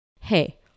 Hey